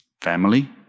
Family